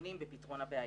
למתלוננים בפתרון הבעיה.